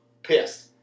Pissed